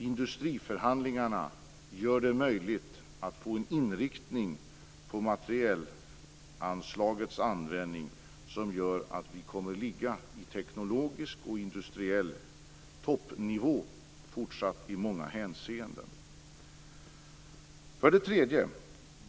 Industriförhandlingarna gör det möjligt att få en inriktning på materielanslagets användning som gör att vi fortsatt kommer att ligga i teknologisk och industriell toppnivå i många hänseenden.